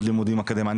ללמוד לימודים אקדמיים.